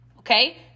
okay